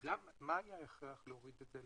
מה שכתוב היום.